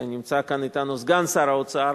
נמצא כאן אתנו סגן שר האוצר,